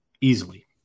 easily